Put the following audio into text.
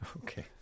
Okay